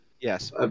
Yes